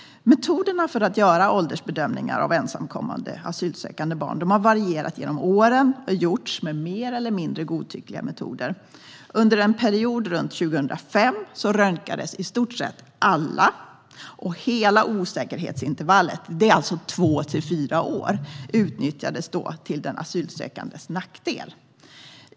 Metoderna för att göra åldersbedömningar av ensamkommande asylsökande barn har varierat genom åren och gjorts med mer eller mindre godtyckliga metoder. Under en period runt 2005 röntgades i stort sett alla, och hela osäkerhetsintervallet, två till fyra år, utnyttjades då till den asylsökandes nackdel.